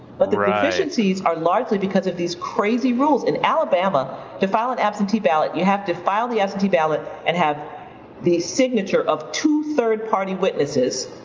but the deficiencies are largely because of these crazy rules in alabama to file an absentee ballot, you have to file the absentee ballot and have the signature of two third party witnesses,